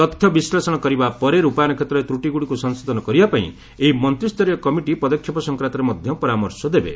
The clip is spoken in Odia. ତଥ୍ୟ ବିଶ୍ଳେଷଣ କରିବା ପରେ ରୂପାୟନ କ୍ଷେତ୍ରରେ ତ୍ରଟିଗୁଡ଼ିକୁ ସଂଶୋଧନ କରିବା ପାଇଁ ଏହି ମନ୍ତ୍ରୀୟ କମିଟି ପଦକ୍ଷେପ ସଂକ୍ରାନ୍ତରେ ମଧ୍ୟ ପରାମର୍ଶ ଦେବେ